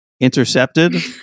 intercepted